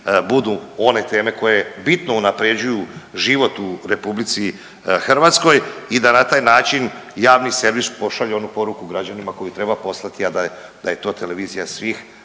budu one teme koje bitno unapređuju život u RH i da na taj način javni servis pošalje onu poruku građanima koju treba poslati, a da je to televizija svih